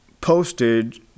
posted